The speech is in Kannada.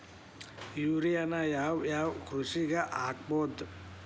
ಯೂರಿಯಾನ ಯಾವ್ ಯಾವ್ ಕೃಷಿಗ ಹಾಕ್ಬೋದ?